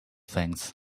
things